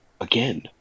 Again